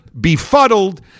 befuddled